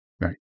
Right